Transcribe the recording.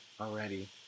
already